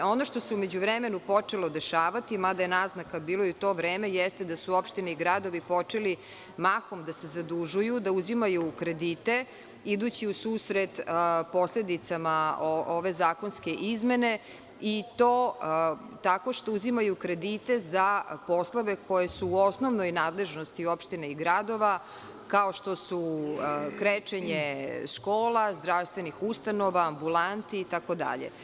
Ono što se u međuvremenu počelo dešavati, mada je naznaka bilo i u to vreme, jeste da su opštine i gradovi počeli mahom da se zadužuju, da uzimaju kredite, idući u susret posledicama ove zakonske izmene, i tako što uzimaju kredite za poslove koji su u osnovnoj nadležnosti opština i gradova, kao što su krečenje škola, zdravstvenih ustanova, ambulanti itd.